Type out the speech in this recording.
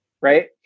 Right